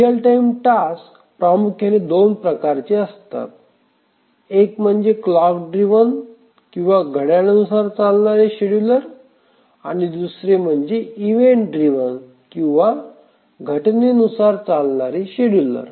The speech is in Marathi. रियल टाईम टास्क प्रामुख्याने दोन प्रकार असतात एक म्हणजे क्लॉक ड्रिव्हन किंवा घड्याळानुसार चालणारे शेड्युलर आणि दुसरा म्हणजे इव्हेंट ड्रिव्हन शेड्युलर किंवा घटनेनुसार चालणारे शेड्युलर